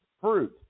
fruit